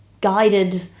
guided